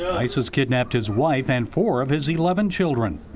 isis kidnapped his wife and four of his eleven children.